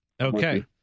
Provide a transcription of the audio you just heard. Okay